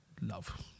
love